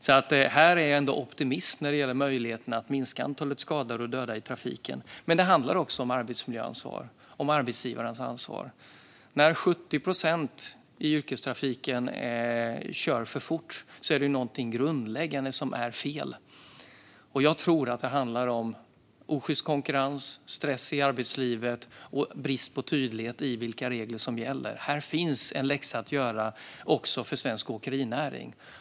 Här är jag ändå optimist när det gäller möjligheterna att minska antalet skadade och döda i trafiken. Men det handlar också om arbetsmiljöansvar och arbetsgivarens ansvar. När 70 procent av yrkestrafiken kör för fort är det någonting grundläggande som är fel. Jag tror att det handlar om osjyst konkurrens, stress i arbetslivet och brist på tydlighet när det gäller vilka regler som gäller. Här finns en läxa att göra också för svensk åkerinäring.